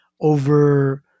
over